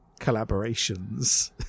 collaborations